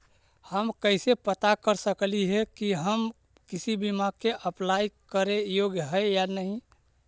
हम कैसे पता कर सकली हे की हम किसी बीमा में अप्लाई करे योग्य है या नही?